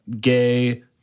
gay